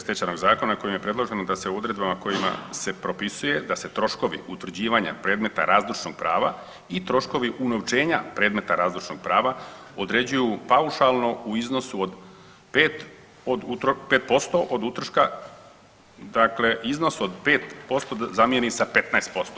Stečajnog zakona kojim je predloženo da se u odredbama kojima se propisuje da se troškovi utvrđivanja predmeta razlučnog prava i troškovi unovčenja predmeta razlučnog prava određuju paušalno u iznosu od 5 od, 5% od utroška dakle iznos od 5% zamijeni sa 15%